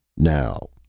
now,